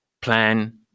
plan